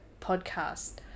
podcast